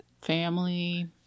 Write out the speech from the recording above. family